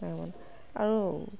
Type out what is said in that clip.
আৰু